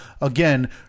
again